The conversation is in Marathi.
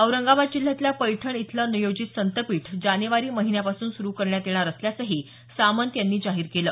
औरंगाबाद जिल्ह्यातल्या पैठण इथलं नियोजित संतपीठ जानेवारी महिन्यापासून सुरू करण्यात येणार असल्याचं सामंत यांनी जाहीर केलं